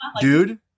dude